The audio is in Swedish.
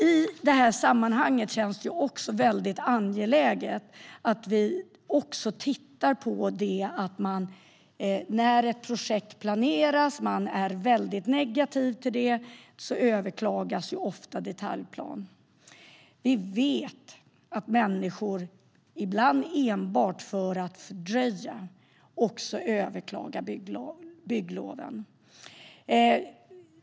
I detta sammanhang känns det angeläget att titta på att detaljplaner ofta överklagas när ett projekt planeras och man är negativ till det. Vi vet att människor ibland överklagar byggloven enbart för att fördröja.